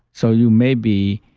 so, you maybe